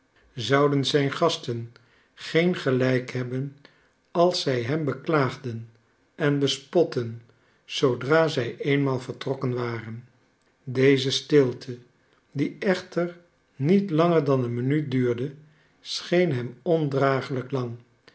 zouden zijn gasten geen gelijk hebben als zij hem beklaagden en bespotten zoodra zij eenmaal vertrokken waren deze stilte die echter niet langer dan een minuut duurde scheen hem ondragelijk lang